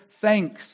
thanks